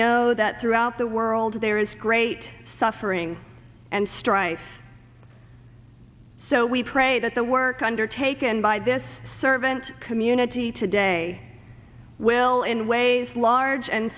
know that throughout the world there is great suffering and strife so we pray that the work undertaken by this servant community today will in ways large and